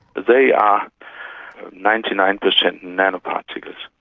they are ninety nine percent nanoparticles.